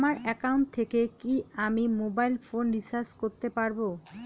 আমার একাউন্ট থেকে কি আমি মোবাইল ফোন রিসার্চ করতে পারবো?